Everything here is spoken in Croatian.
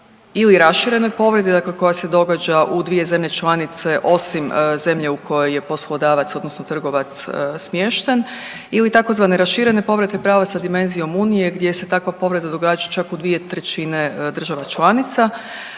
ili raširene povrede, dakle koja se događa u dvije zemlje članice, osim zemlje u kojoj je poslodavac odnosno trgovac smješten ili tzv. raširene povrede prava sa dimenzijom unije gdje se takva povreda događa čak u 2/3 država članica.